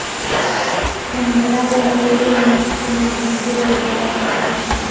खोम्हरा ल ओढ़े ले मइनसे मन भीजे ले बाएच जाथे